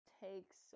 takes